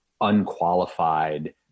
unqualified